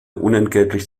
unentgeltlich